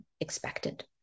expected